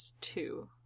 two